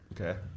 Okay